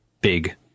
Big